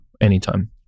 Anytime